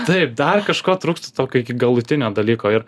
taip dar kažko trūksta tokio iki galutinio dalyko ir